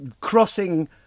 crossing